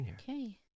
Okay